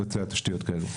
לבצע תשתיות כאלו.